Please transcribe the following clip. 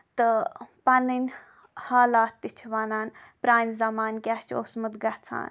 تہٕ پَنٕنۍ حالات تہِ چھِ وَنان پرانہِ زَمانہٕ کیاہ چھُ اوسمُت گژھان